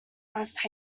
must